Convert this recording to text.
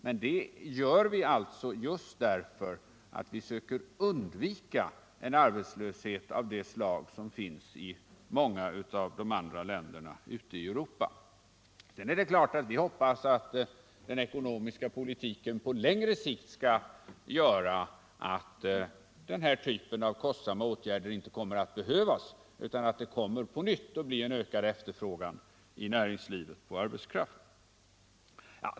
Men vi gör dessa insatser just därför att vi söker undvika en arbetslöshet av det slag som finns i många av de andra länderna ute i Europa. Sedan är det klart att vi hoppas att den ekonomiska politiken på längre sikt skall göra att den här typen av kostsamma åtgärder inte kommer att behövas utan att det på nytt kommer att bli en ökad efterfrågan i näringslivet på arbetskraft.